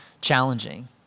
challenging